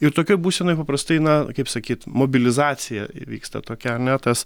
ir tokioj būsenoj paprastai na kaip sakyt mobilizacija įvyksta tokia ar ne tas